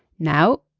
now,